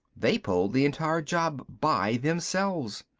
they pulled the entire job by themselves.